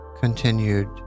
continued